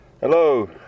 Hello